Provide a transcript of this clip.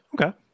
okay